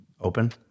Open